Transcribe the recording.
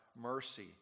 mercy